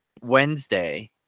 Wednesday